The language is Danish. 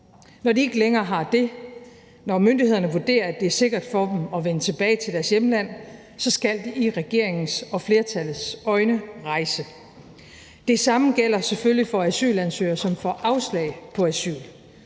Når de ikke længere har det, og når myndighederne vurderer, at det er sikkert for dem at vende tilbage til deres hjemland, så skal de i regeringens og flertallets øjne rejse. Det samme gælder selvfølgelig for asylansøgere, som får afslag på asyl.